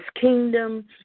kingdom